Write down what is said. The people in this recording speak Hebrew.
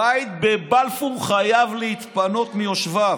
הבית בבלפור חייב להתפנות מיושביו.